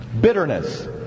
bitterness